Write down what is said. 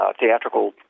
theatrical